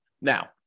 Now